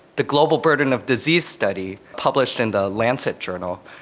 the global burden of disease study, published in the lancet journal,